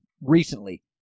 recently